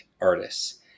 artists